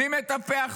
מי מטפח שנאה?